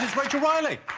rachel riley